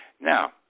Now